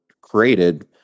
created